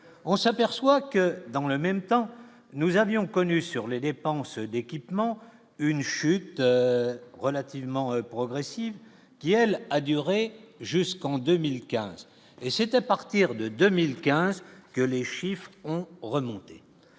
on s'aperçoit que dans le même temps, nous avions connu sur les dépenses d'équipement une chute relativement progressive qui elle a duré jusqu'en 2015 et c'est à partir de 2015, que les chiffres ont remonté